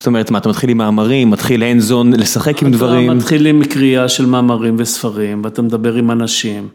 זאת אומרת מה, אתה מתחיל עם מאמרים, מתחיל אנזון, לשחק עם דברים. אתה מתחיל עם קריאה של מאמרים וספרים, ואתה מדבר עם אנשים.